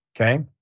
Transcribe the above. okay